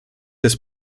his